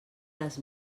les